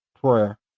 prayer